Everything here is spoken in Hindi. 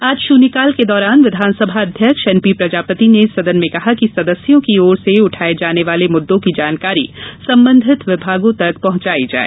आज शन्यकाल के दौरान विधानसभा अध्यक्ष एन पी प्रजापति ने सदन में कहा कि सदस्यों की और से उठाए जाने वाले मुद्दों की जानकारी संबंधित विभागों तक पहुंचाई जाए